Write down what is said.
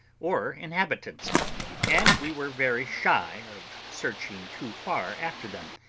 or inhabitants and we were very shy of searching too far after them,